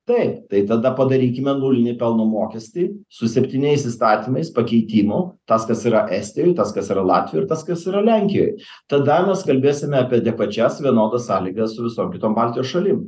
taip tai tada padarykime nulinį pelno mokestį su septyniais įstatymais pakeitimų tas kas yra estijoj tas kas yra latvijoj ir tas kas yra lenkijoj tada mes kalbėsime apie adekvačias vienodas sąlygas visom kitom baltijos šalim